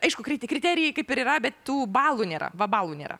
aišku kriti kriterijai kaip ir yra bet tų balų nėra va balų nėra